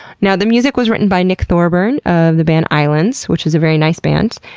now the music was written by nick thorburn of the band islands, which is a very nice band.